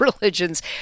religions